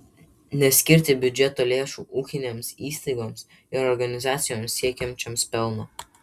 neskirti biudžeto lėšų ūkinėms įstaigoms ir organizacijoms siekiančioms pelno